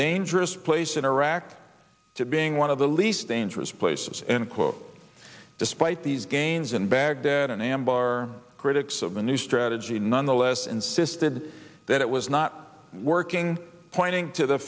dangerous place in iraq to being one of the least dangerous places and quote despite these gains in baghdad and anbar critics of the new strategy nonetheless insisted that it was not working pointing to the